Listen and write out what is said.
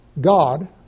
God